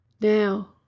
Now